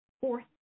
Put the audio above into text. fourth